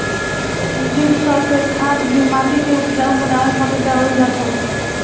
zinc sulphate खाद भी माटी के उपजाऊ बनावे खातिर डालल जात हवे